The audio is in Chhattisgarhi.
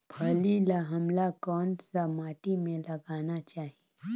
फल्ली ल हमला कौन सा माटी मे लगाना चाही?